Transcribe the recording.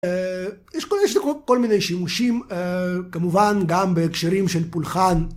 יש כל מיני שימושים, כמובן גם בהקשרים של פולחן.